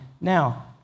Now